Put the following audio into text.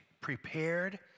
prepared